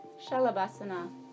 shalabhasana